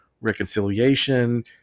reconciliation